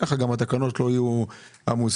כך גם התקנות לא יהיו עמוסות.